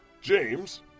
James